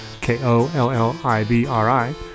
K-O-L-L-I-B-R-I